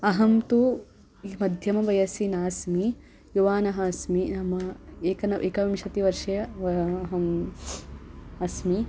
अहं तु यु मध्यमे वयसि नास्मि युवा अस्मि नाम एकेन एकविंशतिवर्षीयः अहम् अस्मि